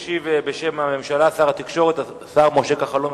ישיב, בשם הממשלה, שר התקשורת, השר משה כחלון.